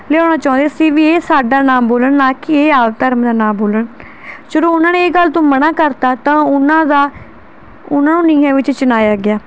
ਲਿਆਉਣਾ ਚਾਹੁੰਦੇ ਸੀ ਵੀ ਇਹ ਸਾਡਾ ਨਾਮ ਬੋਲਣ ਨਾ ਕਿ ਇਹ ਆਪ ਧਰਮ ਦਾ ਨਾਂ ਬੋਲਣ ਚਲੋ ਉਹਨਾਂ ਨੇ ਇਹ ਗੱਲ ਤੋਂ ਮਨਾ ਕਰਤਾ ਤਾਂ ਉਹਨਾਂ ਦਾ ਉਹਨਾਂ ਨੂੰ ਨੀਹਾਂ ਵਿੱਚ ਚਿਣਾਇਆ ਗਿਆ